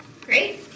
Great